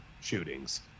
shootings